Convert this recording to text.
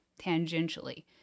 tangentially